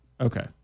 Okay